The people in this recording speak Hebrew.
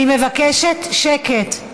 אני מבקשת שקט.